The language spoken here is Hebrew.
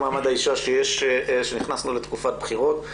מעמד האישה שנכנסנו לתקופת בחירות.